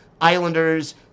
Islanders